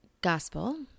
gospel